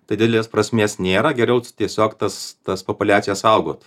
tai didelės prasmės nėra geriau tiesiog tas tas populiacijas saugot